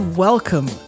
Welcome